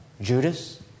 Judas